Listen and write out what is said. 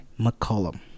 McCollum